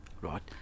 Right